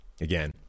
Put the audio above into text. again